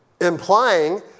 implying